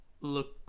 Look